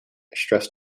stress